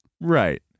Right